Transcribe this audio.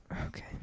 Okay